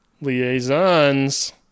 Liaisons